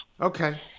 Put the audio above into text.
Okay